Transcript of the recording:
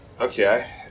okay